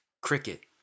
cricket